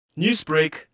Newsbreak